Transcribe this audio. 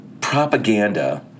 propaganda